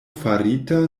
farita